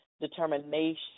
determination